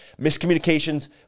miscommunications